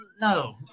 No